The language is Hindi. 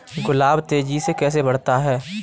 गुलाब तेजी से कैसे बढ़ता है?